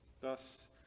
Thus